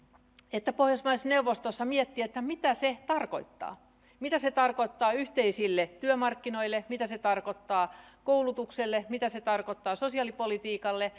että pohjoismaiden neuvostossa miettiä mitä se tarkoittaa mitä se tarkoittaa yhteisille työmarkkinoille mitä se tarkoittaa koulutukselle mitä se tarkoittaa sosiaalipolitiikalle